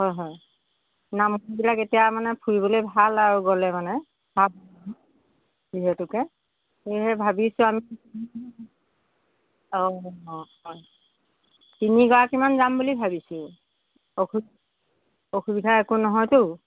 হয় হয় নামবিলাক এতিয়া মানে ফুৰিবলৈ ভাল আৰু গ'লে মানে অঁ যিহেতুকে সেয়েহে ভাবিছোঁ আমি অঁ অঁ হয় তিনিগৰাকীমান যাম বুলি ভাবিছোঁ অসুবিধা একো নহয়তো